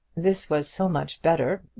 this was so much better,